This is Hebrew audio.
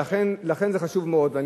לכן זה חשוב מאוד.